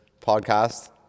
podcast